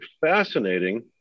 fascinating